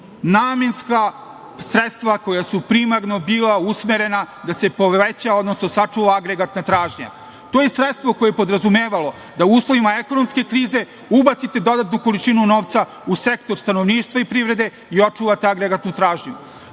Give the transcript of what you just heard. namenska sredstva koja su primarno bila usmerena da se poveća, odnosno sačuva agregatna tražnja. To je sredstvo koje je podrazumevalo da u uslovima ekonomske krize ubacite dodatnu količinu novca u sektor stanovništva i privrede i očuvate agregatnu tražnju. Potpuno